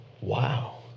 wow